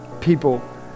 people